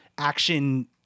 Action